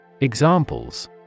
Examples